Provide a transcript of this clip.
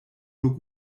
nur